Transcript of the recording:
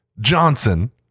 Johnson